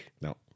No